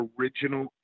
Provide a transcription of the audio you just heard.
original